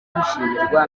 kwishimirwa